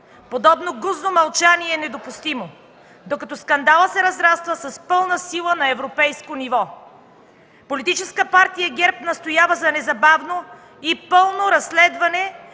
Подобно гузно мълчание е недопустимо, докато скандалът се разраства с пълна сила на европейско ниво. Политическа партия ГЕРБ настоява за незабавно и пълно разследване